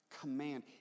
Command